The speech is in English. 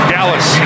Dallas